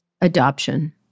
Adoption